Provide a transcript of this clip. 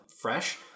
fresh